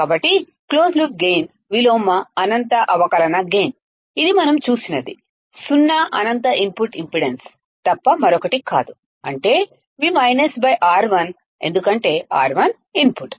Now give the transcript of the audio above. కాబట్టి closed loop gain విలోమ అనంత అవకలన గైన్ ఇది మనం చూసినది సున్నా అనంత ఇన్పుట్ ఇంపెడెన్స్ తప్ప మరొకటి కాదు అంటే V R1 ఎందుకంటే R1 అనేది ఇన్పుట్